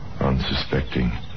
Unsuspecting